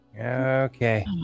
okay